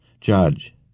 judge